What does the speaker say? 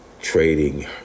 Trading